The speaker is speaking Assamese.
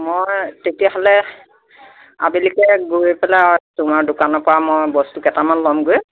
মই তেতিয়া হ'লে আবেলিকৈ গৈ পেলাই তোমাৰ দোকানৰ পৰা মই বস্তু কেইটামান ল'মগৈ